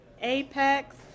Apex